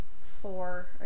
four